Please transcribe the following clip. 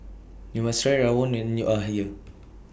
YOU must Try Rawon when YOU Are here